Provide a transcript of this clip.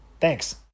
Thanks